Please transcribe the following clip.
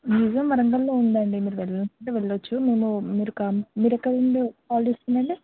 museum వరంగల్లో ఉంది అండి మీరు వెళ్ళాలి అనుకుంటే వెళ్ళ వచ్చు మేము మీరు కం మీరు ఎక్కడి నుండి కాల్ చేస్తున్నారు అండి